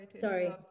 sorry